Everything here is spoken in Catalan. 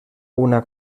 una